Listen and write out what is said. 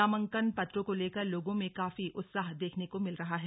नामांकन पत्रों को लेकर लोगों में काफी उत्साह देखने को मिल रहा है